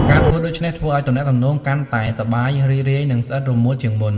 ការធ្វើដូច្នេះធ្វើឲ្យទំនាក់ទំនងកាន់តែសប្បាយរីករាយ និងស្អិតរមួតជាងមុន។